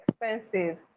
expensive